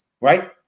Right